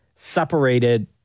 separated